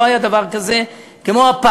בכנסת הנוכחית.